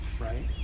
right